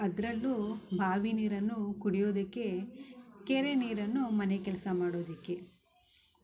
ಅದರಲ್ಲೂ ಬಾವಿ ನೀರನ್ನು ಕುಡಿಯೊದಕ್ಕೆ ಕೆರೆ ನೀರನ್ನು ಮನೆ ಕೆಲಸ ಮಾಡೋದಕ್ಕೆ